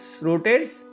rotates